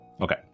Okay